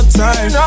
time